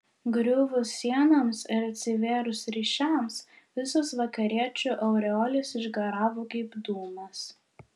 griuvus sienoms ir atsivėrus ryšiams visos vakariečių aureolės išgaravo kaip dūmas